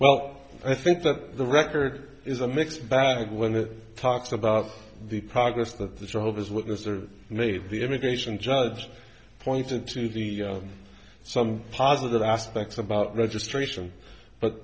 well i think that the record is a mixed bag when it talks about the progress that the jehovah's witnesses are made the immigration judge pointed to the some positive aspects about registration but